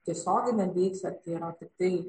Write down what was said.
tiesioginę deiksę tai yra tiktai